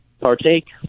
partake